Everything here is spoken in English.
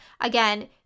Again